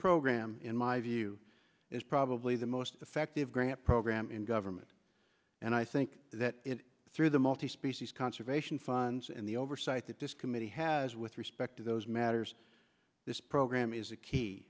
program in my view is probably the most effective grant program in government and i think that through the multi species conservation funds and the oversight that this committee has with respect to those matters this program is a key